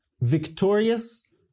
victorious